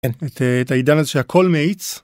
את העידן הזה שהכל מאיץ.